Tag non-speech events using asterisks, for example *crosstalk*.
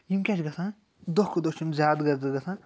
یِم کیٛاہ چھِ گَژھان دۄہ کھۄ دۄہ چھِ یِم زیادٕ *unintelligible* گَژھان